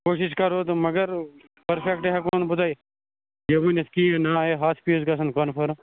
کوٗشِش کَرو تہٕ مگر پٔرفٮ۪کٹہٕ ہٮ۪کو نہٕ بہٕ تۄہہِ یہِ ؤنِتھ کِہیٖنٛۍ نہَ یہِ ہَتھ پیٖس گژھَن کَنفٲرٕم